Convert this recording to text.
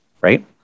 right